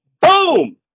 boom